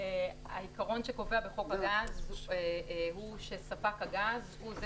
-- העיקרון שקובע בחוק הגז הוא שספק הגז הוא זה